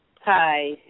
Hi